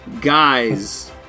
guys